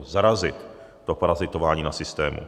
Zarazit to parazitování na systému.